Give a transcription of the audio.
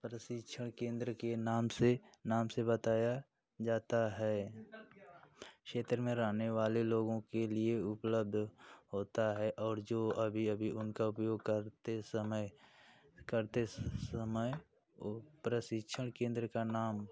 प्रशिक्षण केन्द्र के नाम से नाम से बताया जाता है क्षेत्र में रहने वाले लोगों के लिए उपलब्ध होता है और जो अभी अभी उनका उपयोग करते समय करते समय वो प्रशिक्षण केन्द्र का नाम